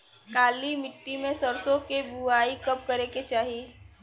काली मिट्टी में सरसों के बुआई कब करे के चाही?